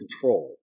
control